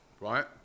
right